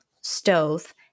stove